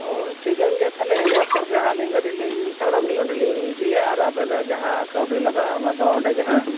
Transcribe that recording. ᱳᱭ ᱴᱷᱤᱠᱟᱹᱱ ᱜᱮᱭᱟ ᱛᱟᱦᱚᱞᱮ ᱤᱱᱟᱹ ᱚᱠᱛᱚ ᱨᱮᱜᱮ ᱦᱟᱸᱜ ᱜᱟᱹᱰᱤ ᱞᱤᱧ ᱥᱟᱜᱟᱲᱟᱢ ᱞᱤᱧ ᱚᱸᱰᱮ ᱞᱤᱧ ᱤᱫᱤᱭᱟ ᱟᱨ ᱟᱵᱮᱱᱟᱜ ᱡᱟᱦᱟᱸ ᱠᱟᱹᱣᱰᱤ ᱞᱟᱜᱟᱜᱼᱟ ᱚᱱᱟ ᱫᱚ ᱚᱸᱰᱮ ᱜᱮᱦᱟᱜ